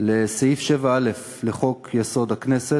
לתיקון סעיף 7א לחוק-יסוד: הכנסת.